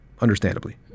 understandably